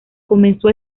comenzó